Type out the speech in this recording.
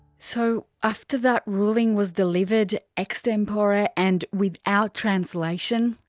so after that ruling was delivered ex tempore ah and without translation,